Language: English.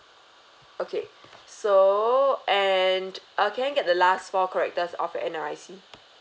okay so and uh can I get the last four character of your N_R_I_C